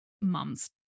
mom's